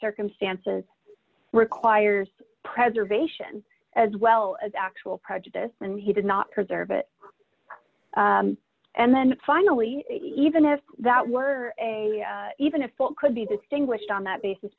circumstances ringback requires preservation as well as actual prejudice and he did not preserve it and then finally even if that were a even if it could be distinguished on that basis